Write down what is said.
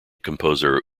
composer